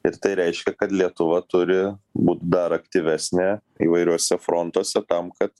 ir tai reiškia kad lietuva turi būt dar aktyvesnė įvairiuose frontuose tam kad